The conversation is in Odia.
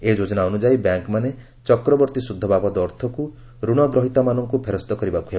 ଏହି ଯୋଜନା ଅନୁଯାୟୀ ବ୍ୟାଙ୍କମାନେ ଚକ୍ରବର୍ତ୍ତୀ ସୁଧ ବାବଦ ଅର୍ଥକୁ ଋଣ ଗ୍ରହୀତାମାନଙ୍କୁ ଫେରସ୍ତ କରିବାକୁ ହେବ